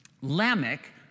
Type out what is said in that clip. Lamech